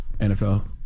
NFL